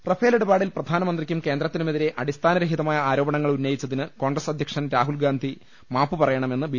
Rafale ഇടപാടിൽ പ്രധാനമന്ത്രിക്കും കേന്ദ്രത്തിനുമെതിരെ അടിസ്ഥാ നരഹിതമായ ആരോപണങ്ങൾ ഉന്നയിച്ചതിന് കോൺഗ്രസ് അധ്യക്ഷൻ രാഹുൽ ഗാന്ധി മാപ്പുപറയണമെന്ന് ബി